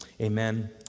amen